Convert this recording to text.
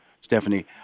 Stephanie